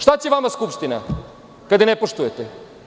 Šta će vama Skupština kada je ne poštujete?